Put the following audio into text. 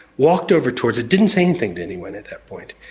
walked over towards it, didn't say anything to anyone at that point,